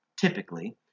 typically